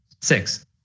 Six